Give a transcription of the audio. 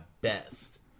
best